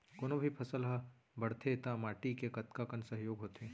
कोनो भी फसल हा बड़थे ता माटी के कतका कन सहयोग होथे?